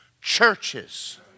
churches